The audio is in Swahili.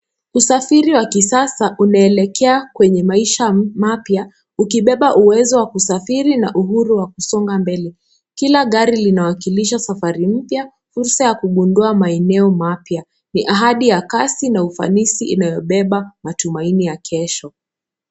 Usafiri wa kisasa unaelekea kwenye maisha mapya ukibeba uwezo wa kusafiri na uhuru wa kusonga mbele kila gari linawakilisha safari mpya fursa ya kukundua maeneo mapya ni haadi ya kasi na hufanisi unaobeba matumaini ya kesho.